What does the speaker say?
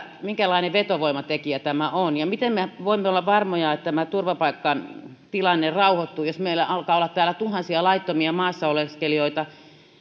minkälainen vetovoimatekijä tämä on ja miten me voimme olla varmoja että tämä turvapaikkatilanne rauhoittuu jos meillä alkaa olla tuhansia laittomia maassa oleskelijoita